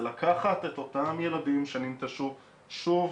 זה לקחת את אותם ילדים שננטשו שוב